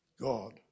God